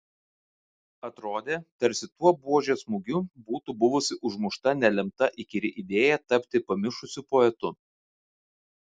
atrodė tarsi tuo buožės smūgiu būtų buvusi užmušta nelemta įkyri idėja tapti pamišusiu poetu